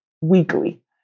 weekly